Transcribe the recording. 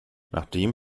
nachdem